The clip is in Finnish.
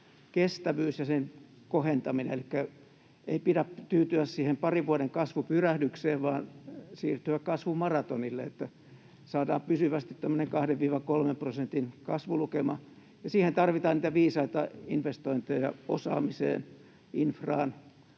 kestävyys ja sen kohentaminen. Elikkä ei pidä tyytyä siihen parin vuoden kasvupyrähdykseen vaan siirtyä kasvumaratonille, että saadaan pysyvästi tämmöinen 2—3 prosentin kasvulukema, ja siihen tarvitaan niitä viisaita investointeja osaamiseen, infraan,